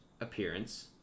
appearance